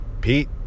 Pete